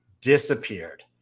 disappeared